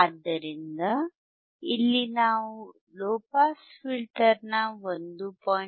ಆದ್ದರಿಂದ ಇಲ್ಲಿ ನಾವು ಲೊ ಪಾಸ್ ಫಿಲ್ಟರ್ ನ 1